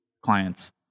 clients